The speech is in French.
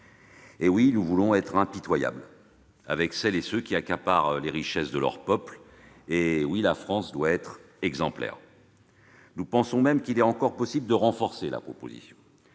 Oui, nous voulons être impitoyables avec celles et ceux qui accaparent les richesses de leurs peuples. Oui, la France doit être exemplaire. Nous pensons même qu'il est encore possible de renforcer la proposition